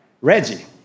Reggie